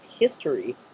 history